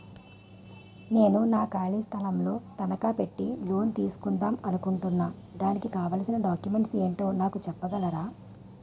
నేను నా ఖాళీ స్థలం ను తనకా పెట్టి లోన్ తీసుకుందాం అనుకుంటున్నా దానికి కావాల్సిన డాక్యుమెంట్స్ ఏంటో నాకు చెప్పగలరా?